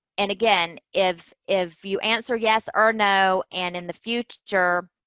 and, again, if, if you answer yes or no, and in the future,